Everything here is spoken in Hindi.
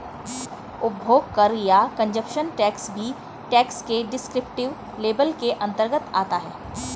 उपभोग कर या कंजप्शन टैक्स भी टैक्स के डिस्क्रिप्टिव लेबल के अंतर्गत आता है